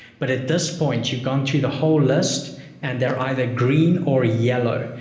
but at this point, you've gone through the whole list and they're either green or yellow.